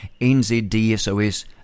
NZDSOS